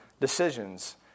decisions